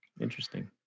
Interesting